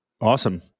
Awesome